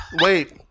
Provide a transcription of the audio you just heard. wait